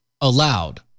allowed